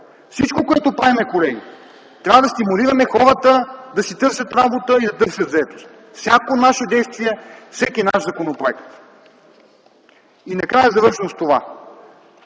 Всичко, което правим, колеги, е да стимулираме хората да си търсят работа и да търсят заетост, с всяко наше действие, с всеки наш законопроект. Накрая, завършвам с това: